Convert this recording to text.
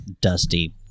dusty